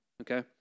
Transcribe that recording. Okay